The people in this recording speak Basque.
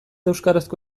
euskarazko